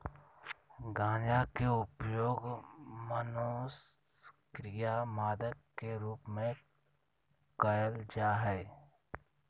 गंजा के उपयोग मनोसक्रिय मादक के रूप में कयल जा हइ